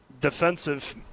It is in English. defensive